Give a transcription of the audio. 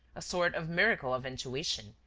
a sort of miracle of intuition,